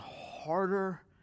harder